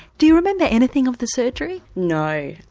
do you remember anything of the surgery? no,